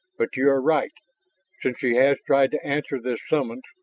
but you are right, since she has tried to answer this summons,